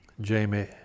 Jamie